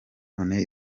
none